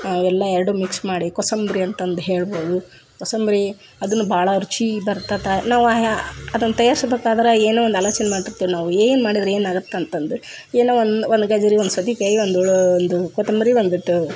ಇವೆಲ್ಲ ಎರಡು ಮಿಕ್ಸ್ ಮಾಡಿ ಕೋಸಂಬ್ರಿ ಅಂತಂದು ಹೇಳ್ಬೋದು ಕೋಸಂಬ್ರಿ ಅದುನೂ ಭಾಳ ರುಚಿ ಬರ್ತದೆ ನಾವು ಅದನ್ನು ತಯಾರಿಸಬೇಕಾದ್ರ ಏನೋ ಒಂದು ಆಲೋಚನೆ ಮಾಡ್ತಿರ್ತೆವೆ ನಾವು ಏನು ಮಾಡಿದ್ರು ಏನು ಆಗುತ್ತೆ ಅಂತಂದು ಏನೋ ಒಂದು ಒಂದು ಗೆಜ್ಜುರಿ ಒಂದು ಸೌತೇಕಾಯ್ ಒಂದು ಓಳ್ ಒಂದು ಕೊತ್ತಂಬರಿ ಒಂದಿಷ್ಟು